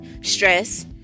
stress